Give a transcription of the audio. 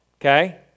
Okay